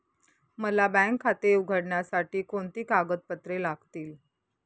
मला बँक खाते उघडण्यासाठी कोणती कागदपत्रे लागतील?